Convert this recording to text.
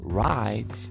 right